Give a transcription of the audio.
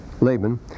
Laban